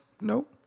Nope